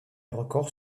records